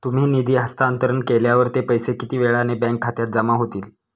तुम्ही निधी हस्तांतरण केल्यावर ते पैसे किती वेळाने बँक खात्यात जमा होतील?